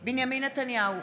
בהצבעה בנימין נתניהו,